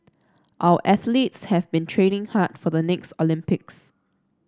our athletes have been training hard for the next Olympics